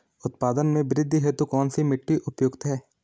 उत्पादन में वृद्धि हेतु कौन सी मिट्टी उपयुक्त है?